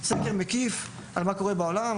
אנחנו רוצים לעשות סקר מקיף על מה קורה בעולם.